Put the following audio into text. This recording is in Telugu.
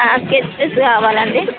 స్కెచ్చెస్ కావాలండి